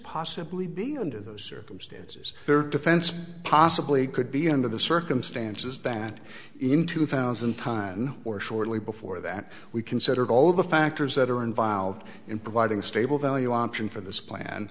possibly be under those circumstances their defense possibly could be under the circumstances that in two thousand time or shortly before that we considered all the factors that are involved in providing a stable value option for this plan